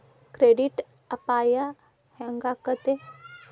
Credit ಅಪಾಯಾ ಹೆಂಗಾಕ್ಕತೇ?